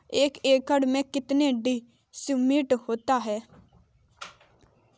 एक एकड़ में कितने डिसमिल होता है?